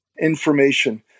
information